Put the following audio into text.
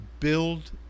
Build